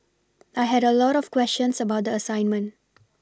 I had a lot of questions about the assignment